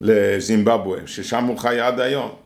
לזימבבואה, ששם הוא חי עד היום